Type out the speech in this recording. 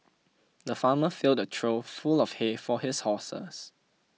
the farmer filled a trough full of hay for his horses